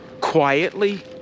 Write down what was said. quietly